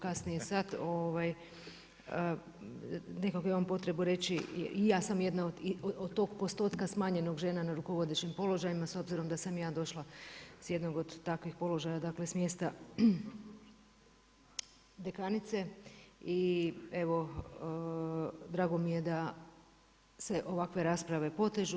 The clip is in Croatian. Nekako imam potrebu reći i ja sam jedna od tog postotka smanjenog žena na rukovodećim položajima s obzirom da sam ja došla s jednog od takvih položaja, dakle s mjesta dekanice i evo drago mi je da se ovakve rasprave potežu.